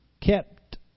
kept